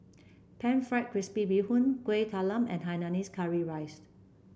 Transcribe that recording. pan fried crispy Bee Hoon Kueh Talam and Hainanese Curry Rice